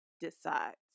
decides